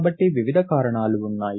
కాబట్టి వివిధ కారణాలు ఉన్నాయి